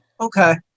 okay